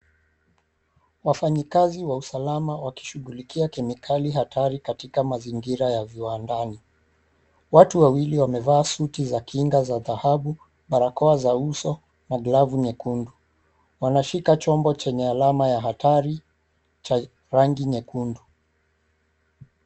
Wafanyikazi wa usalama wakishughulikia kemikali hatari katika mazingira ya viwandani. Watu wawili wamevaa sutu ya kinga za dhahabu barakoa za uso na glavu nyekundu. Wanashika chombo chenye alama ya hatari cha rangi nyekundu.